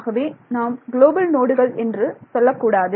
ஆகவே நாம் குளோபல் நோடுகள் என்று சொல்லக்கூடாது